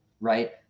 right